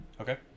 Okay